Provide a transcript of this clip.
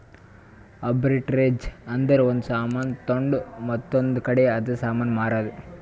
arbitrage ಅಂದುರ್ ಒಂದ್ ಸಾಮಾನ್ ತೊಂಡು ಮತ್ತೊಂದ್ ಕಡಿ ಅದೇ ಸಾಮಾನ್ ಮಾರಾದ್